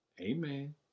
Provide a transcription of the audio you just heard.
amen